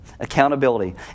accountability